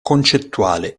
concettuale